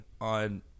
on